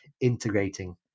integrating